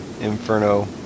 Inferno